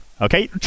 Okay